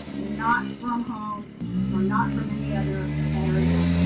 not from home or not from any other area.